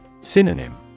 Synonym